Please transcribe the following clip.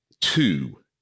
two